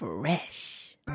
Fresh